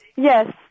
Yes